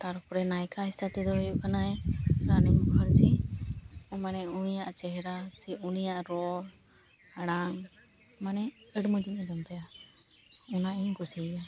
ᱛᱟᱨᱯᱚᱨᱮ ᱱᱟᱭᱠᱟ ᱦᱤᱥᱟᱹᱵ ᱛᱮᱫᱚ ᱦᱩᱭᱩᱜ ᱠᱟᱱᱟᱭ ᱨᱟᱱᱤ ᱢᱩᱠᱷᱤ ᱢᱟᱱᱮ ᱩᱱᱤᱭᱟᱜ ᱪᱮᱦᱨᱟ ᱥᱮ ᱩᱱᱤᱭᱟᱜ ᱨᱚᱲ ᱟᱲᱟᱝ ᱢᱟᱱᱮ ᱟᱹᱰᱤ ᱢᱚᱡᱽ ᱤᱧ ᱟᱸᱡᱚᱢ ᱛᱟᱭᱟ ᱚᱱᱟ ᱤᱧ ᱠᱩᱥᱤᱭᱟ